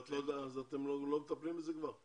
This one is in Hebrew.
אז אתם לא מטפלים בזה כבר?